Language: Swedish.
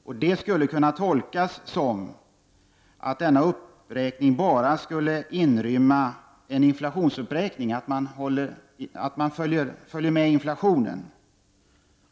Och det skulle kunna tolkas som att denna uppräkning bara skulle innerymma en inflationsuppräkning, att man följer med inflationen.